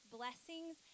blessings